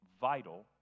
vital